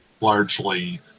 largely